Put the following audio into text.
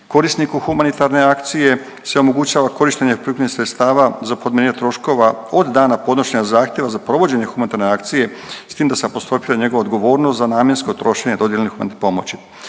korisniku humanitarne akcije se omogućava korištenje prikupljenih sredstava za podmirenje troškova od dana podnošenja zahtjeva za provođenje humanitarne akcije s tim da se apostrofira njegova odgovornost za namjensko trošenje dodijeljenih humanitarnih pomoći